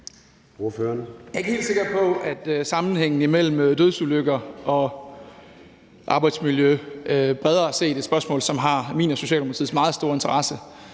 Jeg er ikke helt sikker på, at spørgsmålet om dødsulykker og arbejdsmiljø – som bredere set er et spørgsmål, som har min og Socialdemokratiets meget store interesse